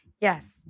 Yes